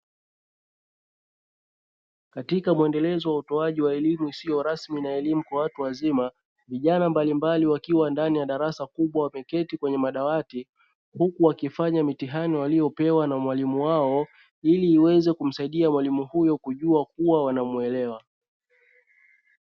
Katika mwendelezo wa utoaji wa elimu isiyo rasmi na elimu kwa watu wazima, vijana mbalimbali wakiwa ndani ya darasa kubwa wameketi kwenye madawati huku wakifanya mitihani waliopewa na mwalimu wao, ili iweze kumsaidia mwalimu huyo kujua kuwa wanamuelewa.